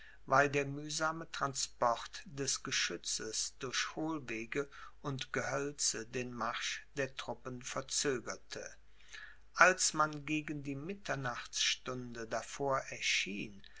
weil der mühsame transport des geschützes durch hohlwege und gehölze den marsch der truppen verzögerte als man gegen die mitternachtsstunde davor erschien